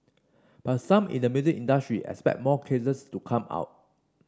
but some in the music industry expect more cases to come out